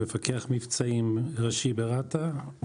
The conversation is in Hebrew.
מפקח מבצעים ראשי ברת"א,